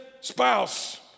spouse